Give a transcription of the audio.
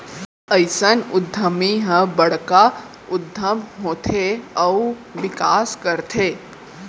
अइसन उद्यमी ह बड़का उद्यम होथे अउ बिकास करथे